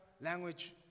language